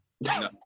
No